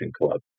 club